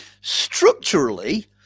Structurally